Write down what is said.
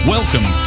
Welcome